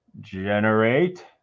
Generate